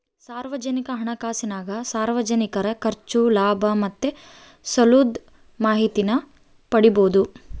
ಸಾರ್ವಜನಿಕ ಹಣಕಾಸಿನಾಗ ಸಾರ್ವಜನಿಕರ ಖರ್ಚು, ಲಾಭ ಮತ್ತೆ ಸಾಲುದ್ ಮಾಹಿತೀನ ಪಡೀಬೋದು